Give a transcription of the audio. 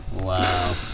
wow